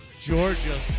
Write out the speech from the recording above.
Georgia